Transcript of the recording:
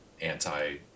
anti